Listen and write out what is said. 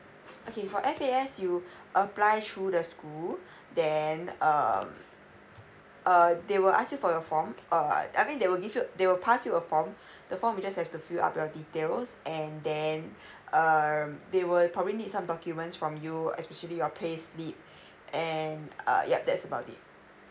okay for F_A_S you apply through the school then um err they will ask you for your form err I mean they will give you they will pass you a form the form you just have to fill up your details and then err they will probably need some documents from you especially your play slip and uh yeah that's about it